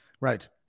Right